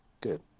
good